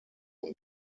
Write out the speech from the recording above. und